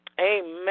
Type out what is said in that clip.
amen